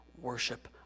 worship